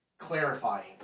Clarifying